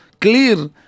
clear